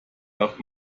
darf